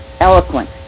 eloquent